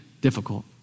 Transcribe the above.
difficult